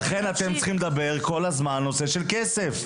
ולכן אתם צריכים לדבר כל הזמן על נושא של כסף.